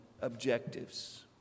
objectives